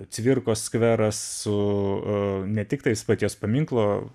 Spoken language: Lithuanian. cvirkos skveras su a ne tiktais paties paminklo